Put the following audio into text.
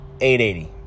880